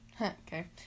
Okay